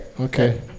okay